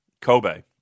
Kobe